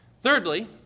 Thirdly